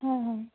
হয় হয়